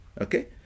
Okay